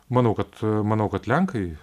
manau kad manau kad lenkai